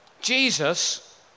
Jesus